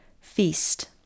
Feast